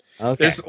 okay